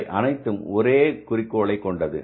இவை அனைத்தும் ஒரே குறிக்கோளை கொண்டது